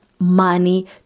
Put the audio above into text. Money